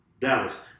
Dallas